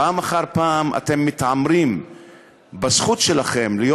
פעם אחר פעם אתם מתעמרים בזכות שלכם להיות